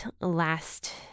last